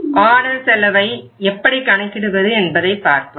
order செலவை எப்படி கணக்கிடுவது என்பதை பார்த்தோம்